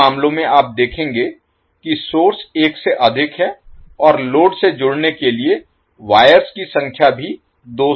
इन मामलों में आप देखेंगे कि सोर्स एक से अधिक हैं और लोड से जोड़ने के लिए वायर्स की संख्या भी दो से अधिक है